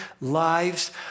lives